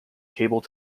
cable